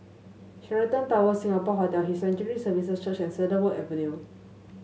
Sheraton Towers Singapore Hotel His Sanctuary Services Church and Cedarwood Avenue